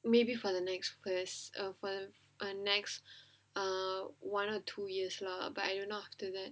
maybe for the next phase uh for the next uh one or two years lah but I don't know after that